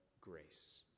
grace